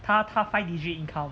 她她 five digit income